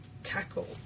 tackle